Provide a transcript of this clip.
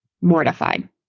Mortified